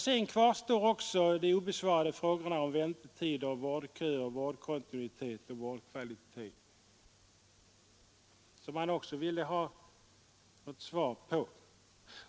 Sedan kvarstår de obesvarade frågorna om väntetider, vårdköer, vårdkontinuitet och vårdkvalitet, vilka man också vill ha ett svar på.